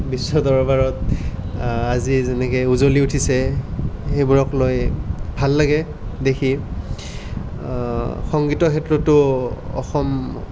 বিশ্ব দৰবাৰত আজি যেনেকৈ উজলি উঠিছে সেইবোৰক লৈ ভাল লাগে দেখি সংগীতৰ ক্ষেত্ৰটো অসম